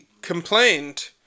complained